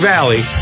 Valley